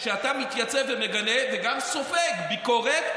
שאתה מתייצב ומגנה וגם סופג ביקורת,